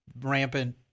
rampant